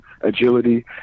agility